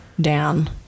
down